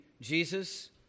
Jesus